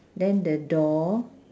then the door